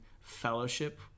fellowship